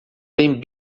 tem